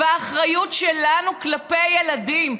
והאחריות שלנו כלפי ילדים,